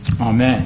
Amen